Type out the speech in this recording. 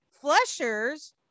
flushers